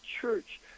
church